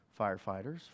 firefighters